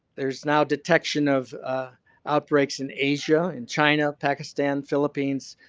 there's now detection of outbreaks in asia and china, pakistan, philippines.